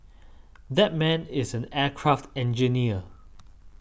that man is an aircraft engineer